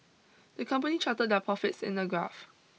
the company charted their profits in a graph